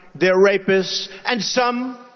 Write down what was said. they're rapists. and some,